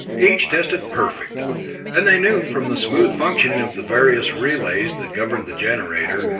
each tested perfect and they knew from the smooth functioning of the various relays that governed the generator,